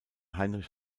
heinrich